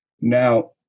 Now